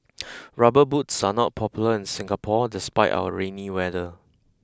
rubber boots are not popular in Singapore despite our rainy weather